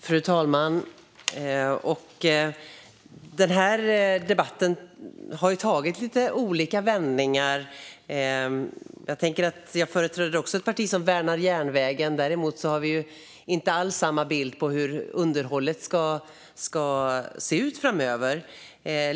Fru talman! Den här debatten har tagit lite olika vändningar. Jag företräder också ett parti som värnar järnvägen; däremot har vi inte alls samma bild av hur underhållet ska se ut framöver.